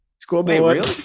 scoreboard